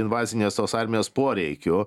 invazinės tos armijos poreikių